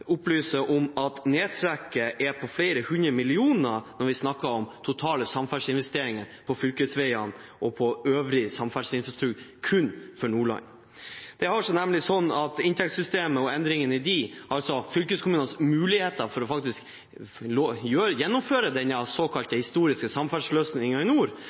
om at nedtrekket er på flere hundre millioner når vi snakker om totale samferdselsinvesteringer på fylkesveiene og på øvrig samferdselsinfrastruktur – og det kun for Nordland. Det har seg nemlig sånn at inntektssystemet, med endringene i det – altså fylkeskommunenes muligheter for faktisk å gjennomføre denne såkalt historiske samferdselsløsningen i nord